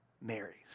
marys